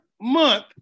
month